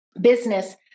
business